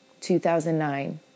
2009